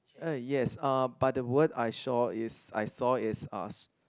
uh yes uh but the word I shaw is I saw is us